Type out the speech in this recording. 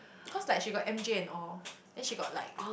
cause like she got M_J and all then she got like